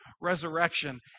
resurrection